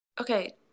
Okay